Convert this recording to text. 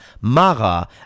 Mara